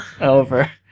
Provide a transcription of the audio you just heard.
over